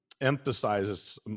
emphasizes